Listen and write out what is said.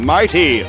Mighty